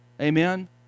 Amen